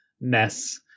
mess